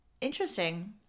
Interesting